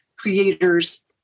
creators